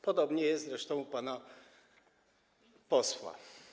Podobnie jest zresztą u pana posła.